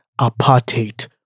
apartheid